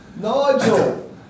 Nigel